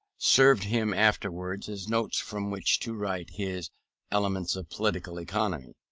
served him afterwards as notes from which to write his elements of political economy.